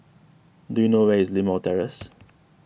do you know where is Limau Terrace